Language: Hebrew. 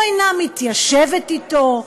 או אינה מתיישבת אתו,